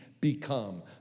become